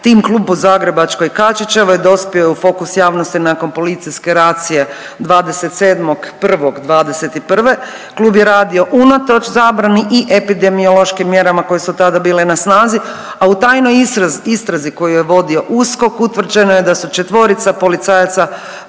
Tim klub u zagrebačkoj Kačičevoj dospio je u fokus javnosti nakon policijske racije 27.1.'21., klub je radio unatoč zabrani i epidemiološkim mjerama koje su tada bile na snazi. A u tajnoj istrazi koju je vodio USKOK utvrđeno je da su četvorica policajaca